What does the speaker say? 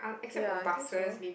ya I think so